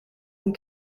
een